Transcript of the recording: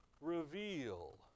reveal